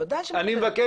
ודאי שמקבלת.